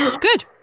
Good